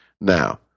Now